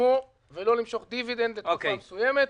לעצמו ולא למשוך דיבידנד לתקופה מסוימת.